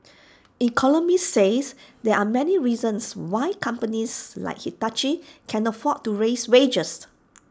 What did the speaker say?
economists say there are many reasons why companies like Hitachi can afford to raise wages